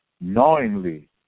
knowingly